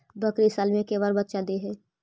बकरी साल मे के बार बच्चा दे है?